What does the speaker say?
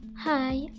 Hi